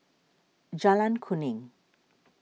Jalan Kuning